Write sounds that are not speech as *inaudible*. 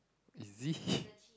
is it *breath*